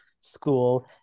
school